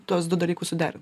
tuos du dalykus suderint